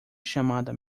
chamada